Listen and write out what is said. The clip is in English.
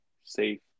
safe